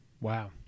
Wow